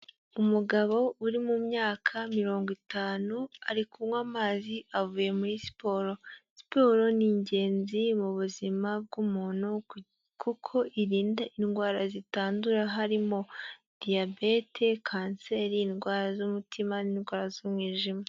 Umugabo uri mu myaka mirongo itanu, ari kunywa amazi avuye muri siporo, siporo ni ingenzi mu buzima bw'umuntu kuko irinda indwara zitandura harimo Diyabete, kanseri, indwara z'umutima n'indwara z'umwijima.